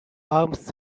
arms